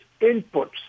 inputs